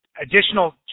additional